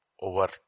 over